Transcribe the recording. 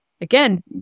again